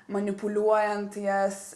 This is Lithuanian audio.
manipuliuojant jas